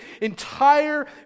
entire